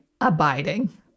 abiding